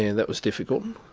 that was difficult.